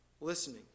listening